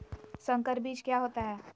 संकर बीज क्या होता है?